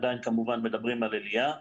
עדיין כמובן מדברים על עלייה.